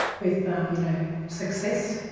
with ah you know success,